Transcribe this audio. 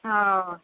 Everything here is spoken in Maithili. हँ